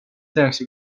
tehakse